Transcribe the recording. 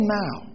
now